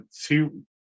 two